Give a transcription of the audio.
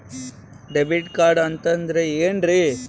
Debit card ಅಂತಂದ್ರೆ ಏನ್ರೀ?